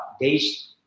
Days